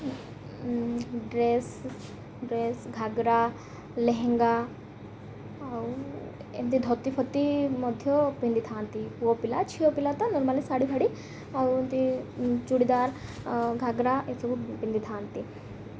dress dress ghagra lehenga ଆଉ ଏମିତି ଧୋତି ଫୋତି ମଧ୍ୟ ପିନ୍ଧିଥାନ୍ତି ପୁଅ ପିଲା ଝିଅ ପିଲା ତ ନର୍ମାଲି ଶାଢ଼ୀ ଫାଢ଼ୀ ଆଉ ଏମିତି ଚୁଡ଼ିଦାର୍ ଘାଗ୍ରା ଏସବୁ ପିନ୍ଧିଥାନ୍ତି